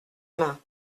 main